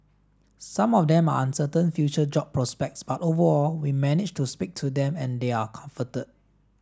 some of them are uncertain future job prospects but overall we managed to speak to them and they are comforted